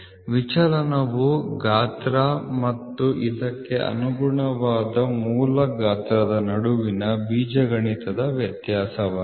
ವಿಚಲನವು ಗಾತ್ರ ಮತ್ತು ಅದಕ್ಕೆ ಅನುಗುಣವಾದ ಮೂಲ ಗಾತ್ರದ ನಡುವಿನ ಬೀಜಗಣಿತ ವ್ಯತ್ಯಾಸವಾಗಿದೆ